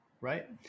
right